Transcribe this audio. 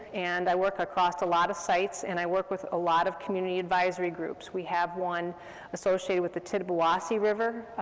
and i work across a lot of sites, and i work with a lot of community advisory groups. we have one associated with the tittabawassee river,